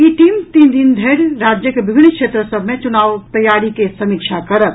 ई team तीन दिन धरि राज्यक विभिन्न क्षेत्र सभ मे चुनाव तैयारी के समीक्षा करत